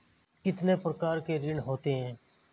कितने प्रकार के ऋण होते हैं?